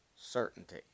certainty